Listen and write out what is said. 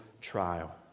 trial